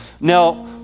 now